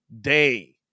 day